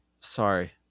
sorry